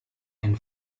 ein